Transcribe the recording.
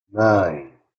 nine